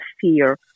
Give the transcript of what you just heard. fear